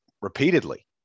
repeatedly